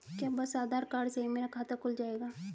क्या बस आधार कार्ड से ही मेरा खाता खुल जाएगा?